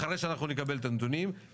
אחרי שאנחנו נקבל את הנתונים,